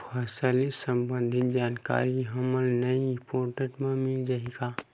फसल ले सम्बंधित जानकारी हमन ल ई पोर्टल म मिल जाही का?